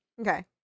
okay